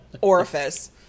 orifice